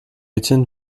étienne